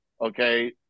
okay